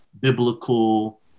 biblical